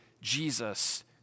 Jesus